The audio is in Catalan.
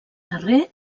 darrer